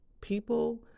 People